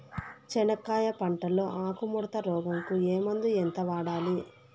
చెనక్కాయ పంట లో ఆకు ముడత రోగం కు ఏ మందు ఎంత వాడాలి?